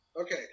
Okay